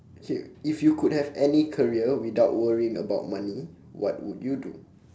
K if you could have any career without worrying about money what would you do